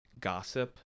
gossip